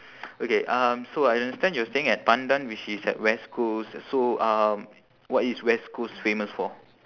okay um so I understand you're staying at pandan which is at west coast so um what is west coast famous for